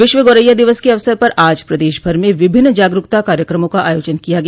विश्व गोरैया दिवस के अवसर पर आज प्रदेशभर में विभिन्न जागरूकता कार्यकमों का आयोजन किया गया